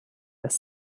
das